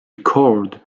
record